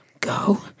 go